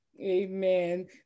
Amen